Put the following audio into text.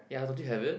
ya don't you have it